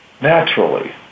naturally